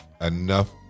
enough